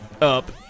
up